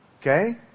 Okay